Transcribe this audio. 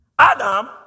Adam